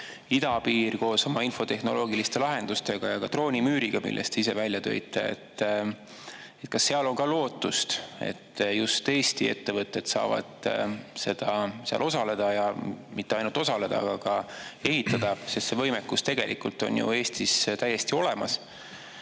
Idapiir koos oma infotehnoloogiliste lahenduste ja droonimüüriga, mille te ise välja tõite – kas seal on ka lootust, et just Eesti ettevõtted saavad seal osaleda, ja mitte ainult osaleda, vaid ka ehitada, sest see võimekus on Eestis täiesti olemas?